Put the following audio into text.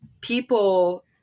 people